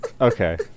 Okay